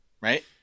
Right